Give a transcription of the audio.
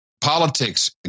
politics